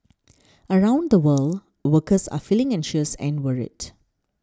around the world workers are feeling anxious and worried